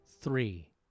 Three